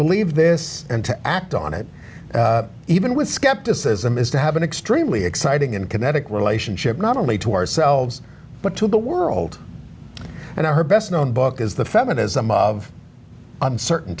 believe this and to act on it even with skepticism is to have an extremely exciting and kinetic relationship not only to ourselves but to the world and her best known book is the feminism of uncertain